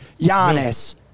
Giannis